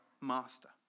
master